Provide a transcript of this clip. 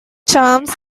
charms